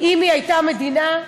אם הייתה מדינה,